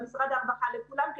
למשרד הרווחה ולכולם,